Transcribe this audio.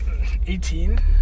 18